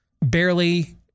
barely